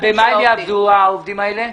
במה יעבדו העובדים האלה?